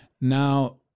Now